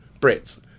Brits